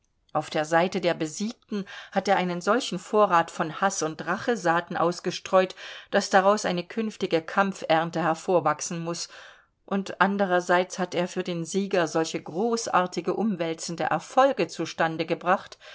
auf der seite der besiegten hat er einen solchen vorrat von haß und rachesaaten ausgestreut daß daraus eine künftige kampfernte hervorwachsen muß und andererseits hat er für den sieger solche großartige umwälzende erfolge zu stande gebracht